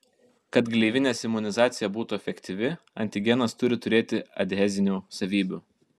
kad gleivinės imunizacija būtų efektyvi antigenas turi turėti adhezinių savybių